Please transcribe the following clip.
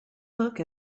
look